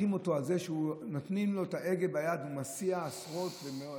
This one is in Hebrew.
שמעריכים נהג על כך שנותנים לו את ההגה ביד והוא מסיע עשרות נוסעים,